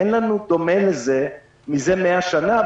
אין לנו דומה לזה מזה מאה שנה,